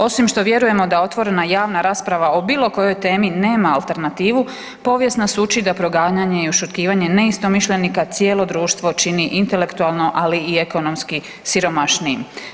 Osim što vjerujemo da otvorena i javna rasprava o bilo kojoj temi nema alternativu, povijest nas uči da proganjanje i ušutkivanje neistomišljenika, cijelo društvo čini intelektualno, ali i ekonomski siromašnijim.